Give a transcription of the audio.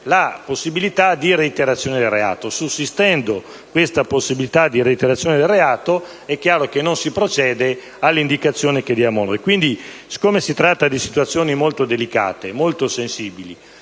alla possibilità di reiterazione del reato. Sussistendo la possibilità di reiterazione del reato è chiaro che non si procede all'indicazione che noi diamo. Siccome si tratta di situazioni molto delicate e sensibili